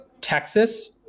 Texas